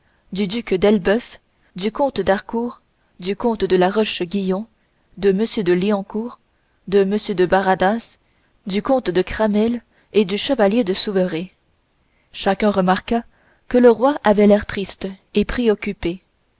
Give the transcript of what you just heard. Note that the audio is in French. du duc d'elbeuf du comte d'harcourt du comte de la roche-guyon de m de liancourt de m de baradas du comte de cramail et du chevalier de souveray chacun remarqua que le roi avait l'air triste et préoccupé